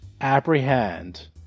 apprehend